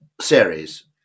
series